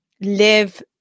live